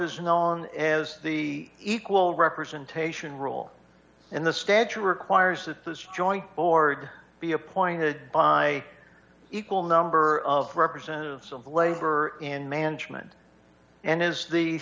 is known as the equal representation rule in the schedule requires that this joint board be appointed by equal number of representatives of labor in management and is